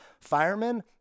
firemen